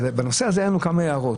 בנושא הזה היו לנו כמה הערות.